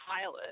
pilot